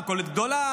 מכולת גדולה,